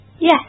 Yes